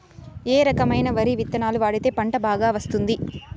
ఏ రకమైన వరి విత్తనాలు వాడితే పంట బాగా వస్తుంది?